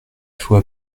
faut